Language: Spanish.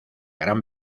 gran